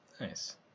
nice